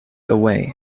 away